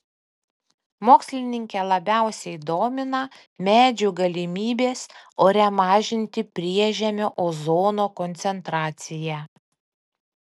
mokslininkę labiausiai domina medžių galimybės ore mažinti priežemio ozono koncentraciją